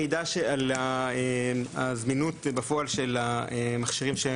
המידע על הזמינות בפועל של המכשירים.